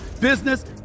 business